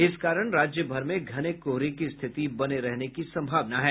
इस कारण राज्य भर में घने कोहरे की स्थिति बने रहने की संभावना है